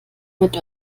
mit